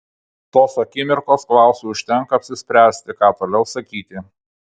tos akimirkos klausui užtenka apsispręsti ką toliau sakyti